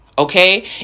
Okay